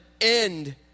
end